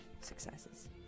successes